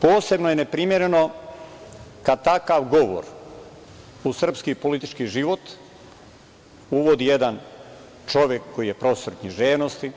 Posebno je neprimereno kada takav govor u srpski politički život uvodi jedan čovek koji je profesor književnosti,